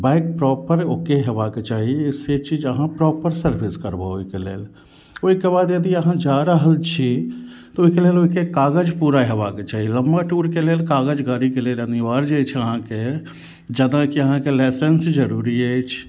bike proper ओ के होयबाक चाही से चीज अहाँ प्रॉपर सर्विस करबहो ओहिके लेल ओहिके बाद यदि अहाँ जा रहल छी तऽ ओहिके लेल ओहिके कागज पूरा होयबाक चाही लम्बा टूरके लेल कागज गाड़ीके लेल अनिवार्य अछि अहाँके जतऽ कि अहाँके लाइसेन्स जरूरी अइछ